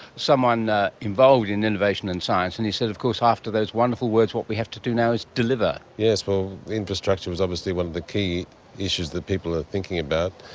someone involved in innovation and science, and he said, of course after those wonderful words, what we have to do now is deliver. yes, well, infrastructure is obviously one of the key issues that people are thinking about.